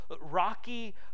rocky